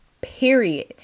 period